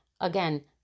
again